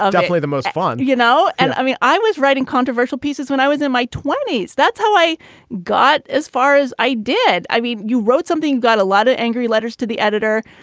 ah definitely the most fun you know and i mean i was writing controversial pieces when i was in my twenty s. that's how i got as far as i did. i mean you wrote something got a lot of angry letters to the editor.